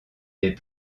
des